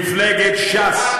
מפלגת ש"ס,